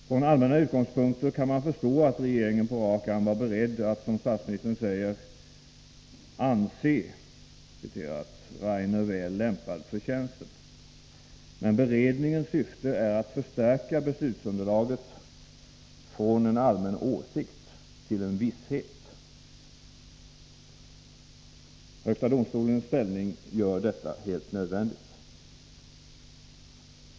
Från allmänna utgångspunkter kan man förstå att regeringen på rak arm var beredd att, som statsministern säger, anse Rainer ”väl lämpad för tjänsten”. Men beredningens syfte är att förstärka beslutsunderlaget från en allmän åsikt till en visshet. Högsta domstolens ställning gör detta helt nödvändigt.